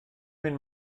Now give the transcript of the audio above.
mynd